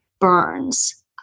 burns